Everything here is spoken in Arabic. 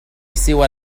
سوى